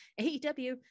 AEW